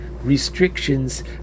restrictions